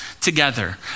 together